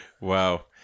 Wow